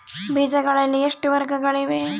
ಬೇಜಗಳಲ್ಲಿ ಎಷ್ಟು ವರ್ಗಗಳಿವೆ?